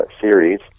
series